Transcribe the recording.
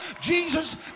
Jesus